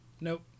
Nope